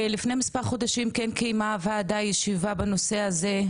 לפני מספר חודשים הוועדה קיימה ישיבה בנושא הזה,